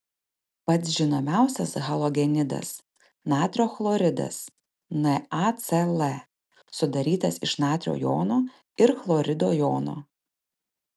pats žinomiausias halogenidas natrio chloridas nacl sudarytas iš natrio jono ir chlorido jono